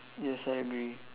yes I agree